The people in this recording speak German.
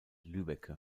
lübbecke